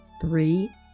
three